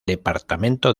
departamento